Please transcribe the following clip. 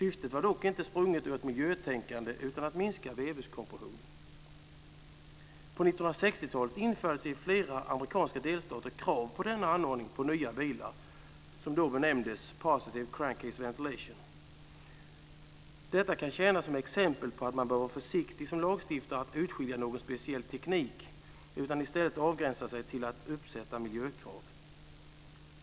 Syftet var dock inte sprunget ur ett miljötänkande, utan avsikten var att minska vevhuskompressionen. På 1960-talet infördes i flera amerikanska delstater krav på denna anordning på nya bilar som då benämndes positive crankcase ventilation. Detta kan tjäna som exempel på att man som lagstiftare bör vara försiktig med att utskilja någon speciell teknik. I stället bör man avgränsa sig till att uppsätta miljökrav.